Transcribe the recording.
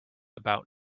about